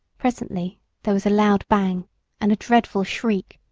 presently there was a loud bang and a dreadful shriek,